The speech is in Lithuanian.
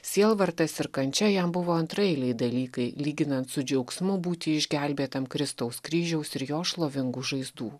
sielvartas ir kančia jam buvo antraeiliai dalykai lyginant su džiaugsmu būti išgelbėtam kristaus kryžiaus ir jo šlovingų žaizdų